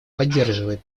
поддерживает